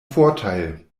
vorteil